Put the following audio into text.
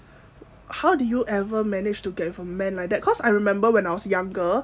how did you ever manage to get for men like that cause I remember when I was younger